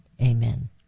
amen